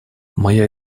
моя